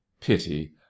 pity